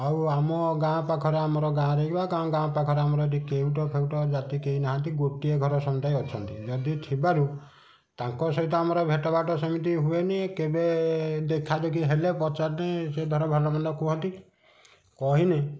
ଆଉ ଆମ ଗାଁ ପାଖରେ ଆମର ଗାଁ ରେ ଗାଁ ପାଖରେ ଆମର ଏଇଠି କେଉଁଟଫେଉଟ ଜାତି କେହି ନାହାନ୍ତି ଗୋଟିଏ ଘର ସମୁଦାୟ ଅଛନ୍ତି ଯଦି ଥିବାରୁ ତାଙ୍କ ସହିତ ଆମର ଭେଟଭାଟ ସେମିତି ହୁଏନି କେବେ ଦେଖାଦେଖି ହେଲେ ପଚାରି ଦିଏ ସେ ଧର ଭଲ ମନ୍ଦ କୁହନ୍ତି କହିନି